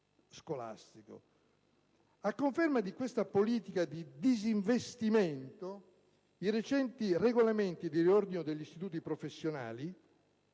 A conferma di questa politica di disinvestimento, i recenti regolamenti di riordino degli istituti professionali